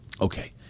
Okay